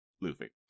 Luffy